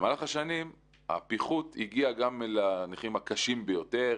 במהלך השנים הפיחות הגיע גם לנכים הקשים ביותר,